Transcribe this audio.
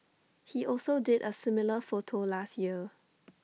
he also did A similar photo last year